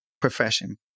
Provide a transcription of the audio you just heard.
profession